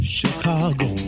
Chicago